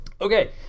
okay